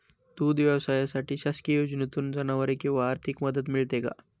दूध व्यवसायासाठी शासकीय योजनेतून जनावरे किंवा आर्थिक मदत मिळते का?